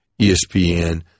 ESPN